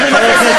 אנחנו נחזק